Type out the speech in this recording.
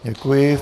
Děkuji.